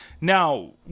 Now